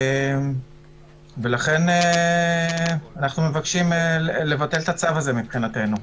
ולכן אנחנו מבקשים לבטל את הצו הזה מבחינתנו.